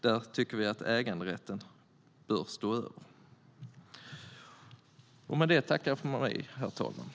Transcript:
Det tycker vi att äganderätten bör stå över. Med det tackar jag för mig, herr talman.